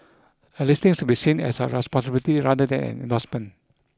a listing should be seen as a responsibility rather than an endorsement